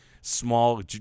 small